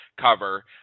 cover